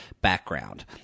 background